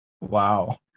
Wow